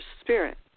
spirit